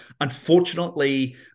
unfortunately